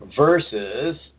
Versus